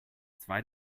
zwei